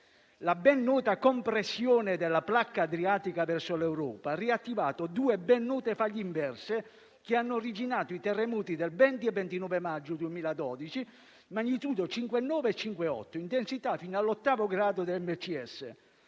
La ben nota compressione della placca adriatica verso l'Europa ha riattivato due ben note faglie inverse che hanno originato i terremoti del 20 e 29 maggio 2012, di magnitudo 5.9 e 5.8, e di intensità fino all'ottavo grado della